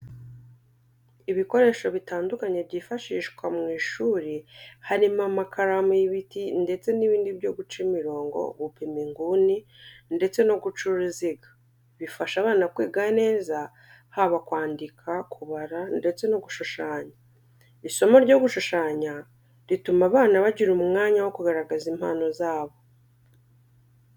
Ibikoresho bitandukanye byifashishwa mu ishuri harimo amakaramu y'ibiti ndetse n'ibindi byo guca imirongo, gupima inguni, ndetse no guca uruziga. Bifasha abana kwiga neza haba kwandika, kubara ndetse no gushushanya. Isomo ryo gushushanya rituma abana bagira umwanya wo kugaragaza impano zabo.